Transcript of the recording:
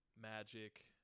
Magic